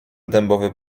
dębowy